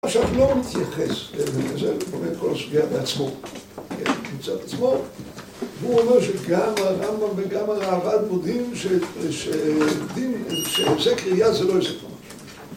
הוא עכשיו לא מתייחס, הוא עומד כל שביעת עצמו, הוא עומד כל שביעת עצמו, והוא אומר שגם הרמב"ם וגם הראב"ד מודים שהיזק ראיה זה לא היזק ממש.